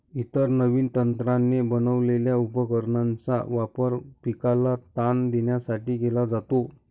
इतर नवीन तंत्राने बनवलेल्या उपकरणांचा वापर पिकाला ताण देण्यासाठी केला जातो